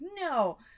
no